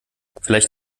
vielleicht